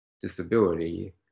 disability